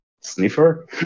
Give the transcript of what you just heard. sniffer